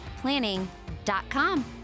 planning.com